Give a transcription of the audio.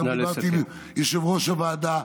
גם דיברתי עם יושב-ראש הוועדה,